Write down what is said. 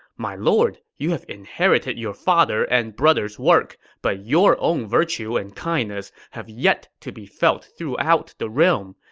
my lord, you have inherited your father and brother's work, but your own virtue and kindness have yet to be felt throughout the realm.